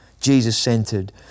Jesus-centered